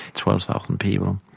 twelve thousand people,